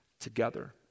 together